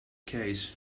case